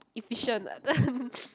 efficient